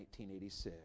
1986